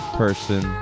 person